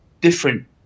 different